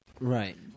right